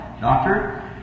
doctor